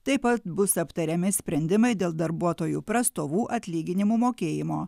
taip pat bus aptariami sprendimai dėl darbuotojų prastovų atlyginimų mokėjimo